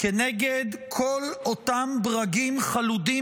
כנגד כל אותם ברגים חלודים